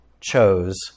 chose